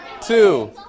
two